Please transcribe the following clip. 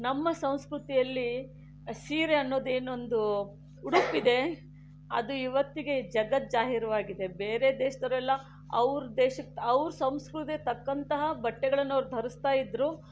ನಮ್ಮ ಸಂಸ್ಕೃತಿಯಲ್ಲಿ ಸೀರೆ ಅನ್ನೊದೇನೊಂದು ಉಡುಪಿದೆ ಅದು ಇವತ್ತಿಗೆ ಜಗತ್ ಜಾಹೀರವಾಗಿದೆ ಬೇರೆ ದೇಶದವರೆಲ್ಲ ಅವರ ದೇಶಕ್ಕೆ ಅವರ ಸಂಸ್ಕೃತಿಗೆ ತಕ್ಕಂತಹ ಬಟ್ಟೆಗಳನ್ನು ಅವರು ಧರಿಸ್ತಾ ಇದ್ದರು